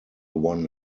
won